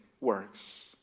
works